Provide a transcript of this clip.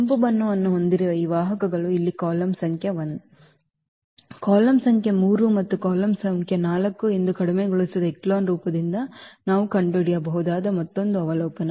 ಕೆಂಪು ಬಣ್ಣವನ್ನು ಹೊಂದಿರುವ ಈ ವಾಹಕಗಳು ಇಲ್ಲಿ ಕಾಲಮ್ ಸಂಖ್ಯೆ 1 ಕಾಲಮ್ ಸಂಖ್ಯೆ 3 ಮತ್ತು ಕಾಲಮ್ ಸಂಖ್ಯೆ 4 ಎಂದು ಕಡಿಮೆಗೊಳಿಸಿದ ಎಚೆಲಾನ್ ರೂಪದಿಂದ ನಾವು ಕಂಡುಹಿಡಿಯಬಹುದಾದ ಮತ್ತೊಂದು ಅವಲೋಕನ